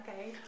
Okay